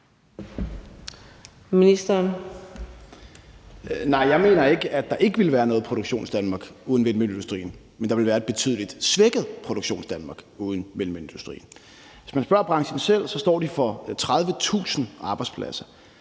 jeg mener ikke, at der ikke ville være noget Produktionsdanmark uden vindmølleindustrien, men der ville være et betydelig svækket Produktionsdanmark uden vindmølleindustrien. Hvis man spørger branchen selv, står de for 30.000 arbejdspladser,